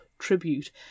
Tribute